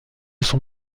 son